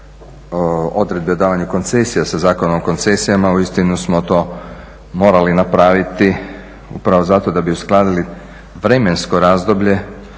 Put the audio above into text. odredbe o davanju koncesija sa Zakonom o koncesijama uistinu smo to morali napraviti upravo zato da bi uskladili vremensko razdoblje